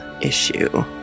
issue